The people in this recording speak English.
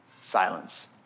Silence